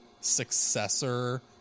successor